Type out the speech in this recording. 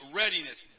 readiness